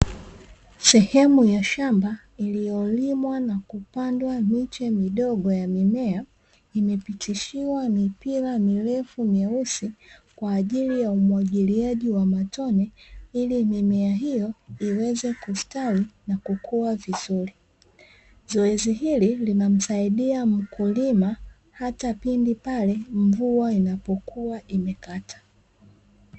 Sehemu ya shamba iliyolimwa na kupandwa miche midogo ya mimea imepitishiwa mipira mirefu meusi kwa ajili ya matone ili mimea hiyo iweze kustawi na kukua vizuri. Zoezi hili linamsaidia mkulima hata kipindi pale mvua inapokuwa imekata.